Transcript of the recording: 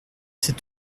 c’est